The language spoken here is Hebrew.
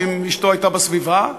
אם אשתו הייתה בסביבה: